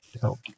help